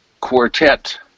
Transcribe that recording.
quartet